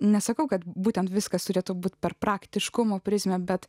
nesakau kad būtent viskas turėtų būti per praktiškumo prizmę bet